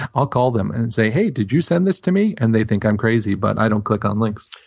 i'll call them and say, hey. did you send this to me? and they think i'm crazy, but i don't click on links.